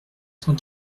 cent